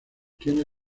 tiene